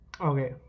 Okay